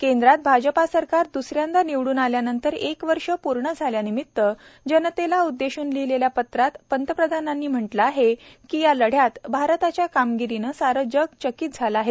केंद्रात भाजपा सरकार द्सऱ्यांदा निवडून आल्यानंतर एक वर्ष पूर्ण झाल्यानिमित्त जनतेला उद्देशून लिहीलेल्या पत्रात प्रधानमंत्र्यांनी म्हटलं आहे की या लढ्यात भारताच्या कामगिरीनं सारं जग चकित झालं आहे